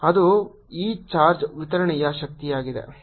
ಅದು ಈ ಚಾರ್ಜ್ ವಿತರಣೆಯ ಶಕ್ತಿಯಾಗಿದೆ